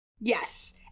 Yes